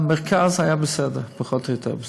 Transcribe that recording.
במרכז היה בסדר, פחות או יותר בסדר,